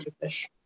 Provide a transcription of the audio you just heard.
fish